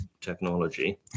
technology